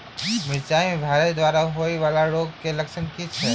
मिरचाई मे वायरस द्वारा होइ वला रोगक की लक्षण अछि?